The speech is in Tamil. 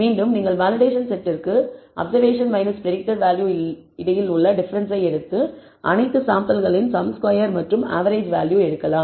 மீண்டும் நீங்கள் வேலிடேஷன் செட்டிற்கு அப்சர்வேஷன் பிரடிக்டட் வேல்யூ இடையில் உள்ள டிஃபரன்ஸ் எடுத்து அனைத்து சாம்பிள்களின் சம் ஸ்கொயர் மற்றும் ஆவெரேஜ் வேல்யூ எடுக்கலாம்